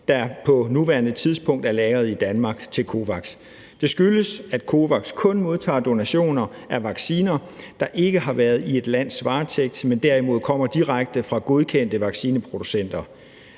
der på nuværende tidspunkt er lagret i Danmark, til COVAX. Det skyldes, at COVAX kun modtager donationer af vacciner, der ikke har været i et lands varetægt, men som derimod kommer direkte fra godkendte vaccineproducenter.